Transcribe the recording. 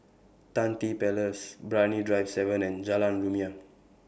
Tan Tye Place Brani Drive seven and Jalan Rumia